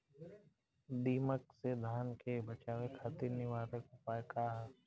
दिमक से धान के बचावे खातिर निवारक उपाय का ह?